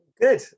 Good